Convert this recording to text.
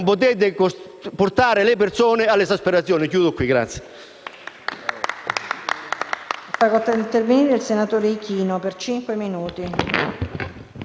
portare le persone all'esasperazione.